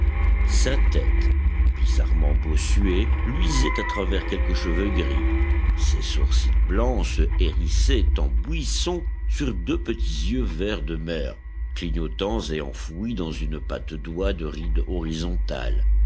sa tête bizarrement bossuée luisait à travers quelques cheveux gris ses sourcils blancs se hérissaient en buisson sur deux petits yeux vert de mer clignotants et enfouis dans une patte d'oie de rides horizontales